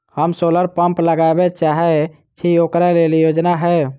हम solar pump लगाबै चाहय छी ओकरा लेल योजना हय?